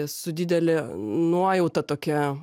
su didele nuojauta tokia